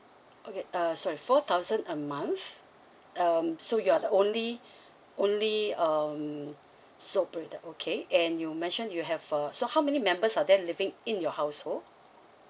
okay uh sorry four thousand a month um so you are the only only um sole okay and you mentioned you have uh so how many members are there living in your household